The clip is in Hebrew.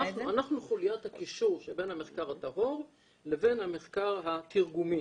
אנחנו חוליית הקישור בין המחקר הטהור לבין המחקר התרגומי,